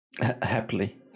Happily